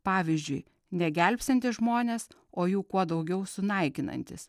pavyzdžiui negelbstintys žmonės o jų kuo daugiau sunaikinantys